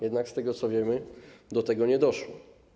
Jednak z tego, co wiemy, do tego nie doszło.